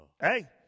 Hey